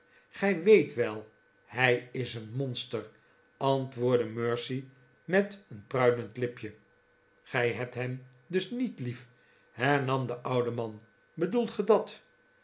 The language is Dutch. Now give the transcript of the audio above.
gij weet wel hij is een monster antwoordde mercy met een pruilend lipje gij hebt hem dus niet lief hernam de oude man bedoelt ge dat